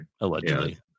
allegedly